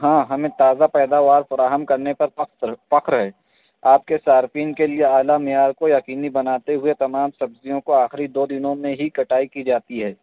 ہاں ہمیں تازہ پیداوار فراہم کرنے کا فکر فخر ہے آپ کے صارفین کے لئے اعلیٰ معیار کو یقینی بناتے ہوئے تمام سبزیوں کو آخری دو دنوں میں ہی کٹائی کی جاتی ہے